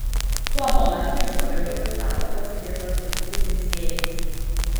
tuo momentu iš koridoriaus galo pasigirdo stiklų dzingsėjimas